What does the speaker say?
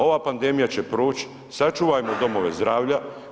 Ova pandemija će proć, sačuvajmo domove zdravlja.